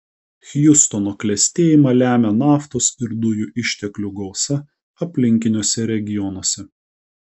hjustono klestėjimą lemia naftos ir dujų išteklių gausa aplinkiniuose regionuose